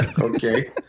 Okay